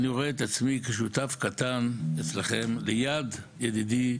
אני רואה את עצמי כשותף קטן אצלכם, ליד ידידי,